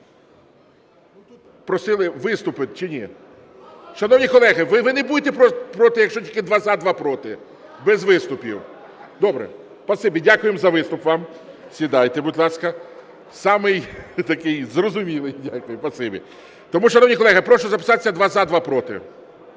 Просили виступити чи ні? Шановні колеги, ви не будете проти, якщо тільки два – за, два – проти, без виступів? Добре. Спасибі. Дякуємо за виступ вам. Сідайте, будь ласка. Самий такий зрозумілий. Спасибі. Тому, шановні колеги, прошу записатися: два – за, два – проти.